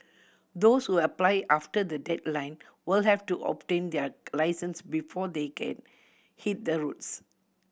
those who apply after the deadline will have to obtain their licence before they can hit the roads